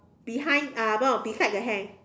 behind uh no beside the hair